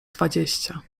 dwadzieścia